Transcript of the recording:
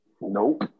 Nope